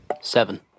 Seven